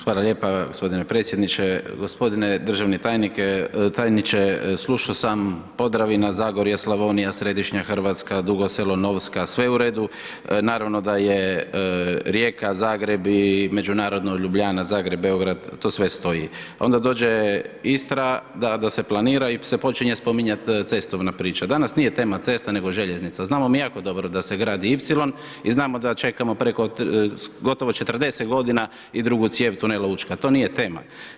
Hvala lijepa g. predsjedniče. g. Državni tajniče, slušao sam Podravina, Zagorje, Slavonija, Središnja RH, Dugo Selo, Novska, sve je u redu, naravno da je Rijeka-Zagreb i međunarodno Ljubljana-Zagreb-Beograd, to sve stoji, onda dođe Istra da se planira i se počinje spominjat cestovna priča, danas nije tema cesta, nego željeznica, znamo mi jako dobro da se gradi Ipsilom i znamo da čekamo preko gotovo 40.g. i drugu cijev tunela Učka, to nije tema.